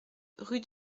rue